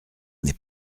n’est